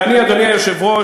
ואני, אדוני היושב-ראש,